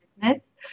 business